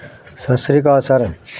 ਸਤਿ ਸ਼੍ਰੀ ਅਕਾਲ ਸਰ